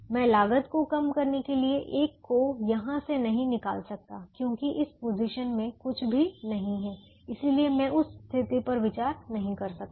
मैं लागत को कम करने के लिए 1 को यहां से नहीं निकाल सकता क्योंकि इस पोजीशन में कुछ भी नहीं है इसलिए मैं उस स्थिति पर विचार नहीं कर सकता